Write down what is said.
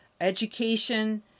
education